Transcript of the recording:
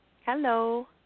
Hello